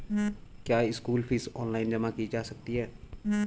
क्या school fees online जमा की जा सकती है?